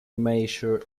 major